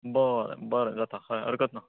बरें बरें जाता काय हरकत ना